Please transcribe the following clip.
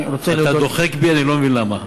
אתה דוחק בי, אני לא מבין למה.